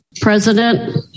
President